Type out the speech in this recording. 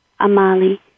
Amali